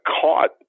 caught